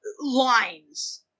lines